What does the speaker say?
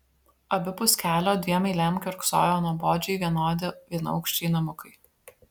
abipus kelio dviem eilėm kiurksojo nuobodžiai vienodi vienaaukščiai namukai